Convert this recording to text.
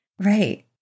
Right